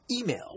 Email